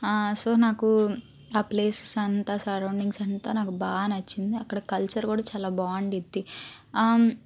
so నాకు ఆ places అంత సరౌండింగ్స్ అంత నాకు బాగా నచ్చింది అక్కడ కల్చర్ కూడా చాలా బాగుంటుంది